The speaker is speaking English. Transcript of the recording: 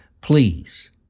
please